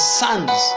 sons